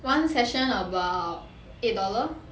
one session about eight dollar